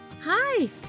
Hi